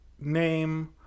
name